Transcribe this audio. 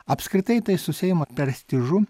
apskritai tai su seimo prestižu